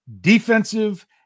defensive